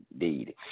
indeed